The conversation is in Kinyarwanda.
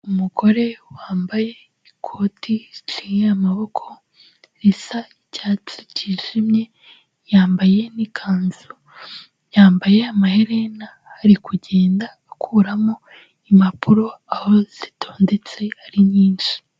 Umugore wambaye ikoti riciye amaboko risa icyatsi cyijimye, yambaye nikanzu, yambaye amaherena ari kugenda akuramo impapuro aho zitondetse ari nyinshi.